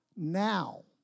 Now